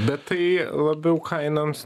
bet tai labiau kainoms